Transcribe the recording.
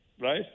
right